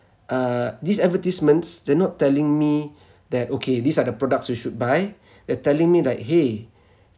uh these advertisements they're not telling me that okay these are the products we should buy they're telling me like !hey!